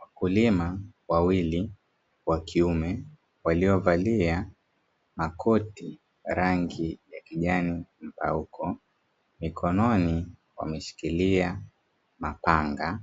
Wakulima wawili wa kiume waliovalia makoti rangi ya kijani mpauko mikononi wameshikilia mapanga